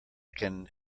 can